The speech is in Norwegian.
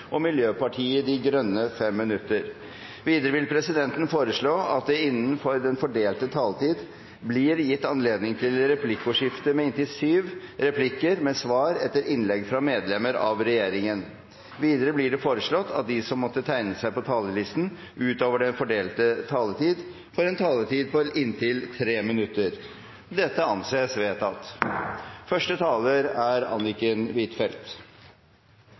og Miljøpartiet De Grønne 5 minutter. Videre vil presidenten foreslå at det blir gitt anledning til replikkordskifte på inntil syv replikker med svar etter innlegg fra medlem av regjeringen innenfor den fordelte taletid. Videre blir det foreslått at de som måtte tegne seg på talerlisten utover den fordelte taletid, får en taletid på inntil 3 minutter. – Det anses vedtatt.